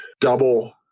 double